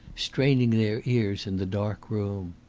straining their ears in the dark room.